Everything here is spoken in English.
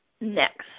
next